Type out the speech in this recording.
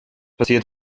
passiert